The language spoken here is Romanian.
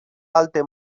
alte